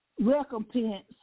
recompense